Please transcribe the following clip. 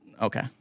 okay